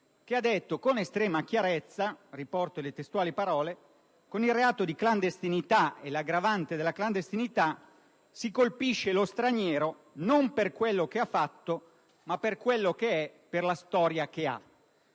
quale ha detto con estrema chiarezza che con il reato di clandestinità e l'aggravante della clandestinità si colpisce lo straniero non per quello che ha fatto, ma per quello che è e per la storia che ha.